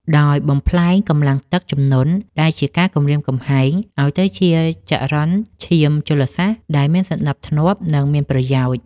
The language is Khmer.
ដោយបំប្លែងកម្លាំងទឹកជំនន់ដែលជាការគំរាមកំហែង ឱ្យទៅជាចរន្តឈាមជលសាស្ត្រដែលមានសណ្ដាប់ធ្នាប់ និងមានប្រយោជន៍។